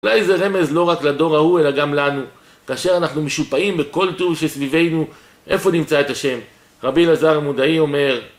אולי זה רמז לא רק לדור ההוא אלא גם לנו, כאשר אנחנו משופעים בכל טוב שסביבנו, איפה נמצא את השם? רבי אלעזר המודעי אומר...